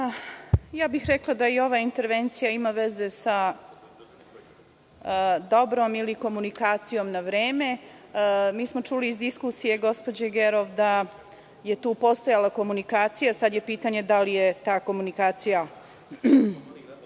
bih da ova intervencija ima veze sa dobrom komunikacijom ili komunikacijom na vreme. Čuli smo iz diskusije gospođe Gerov da je tu postojala komunikacija. Sada je pitanje da li je ta komunikacija